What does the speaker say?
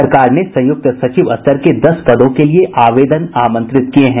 सरकार ने संयुक्त सचिव स्तर के दस पदों के लिए आवेदन आमंत्रित किये हैं